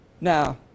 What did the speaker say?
Now